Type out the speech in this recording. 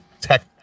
tech